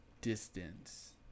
Distance